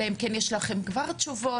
אלא אם כן יש לכם כבר תשובות,